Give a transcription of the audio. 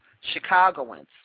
Chicagoans